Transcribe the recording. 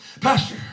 pastor